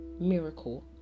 miracle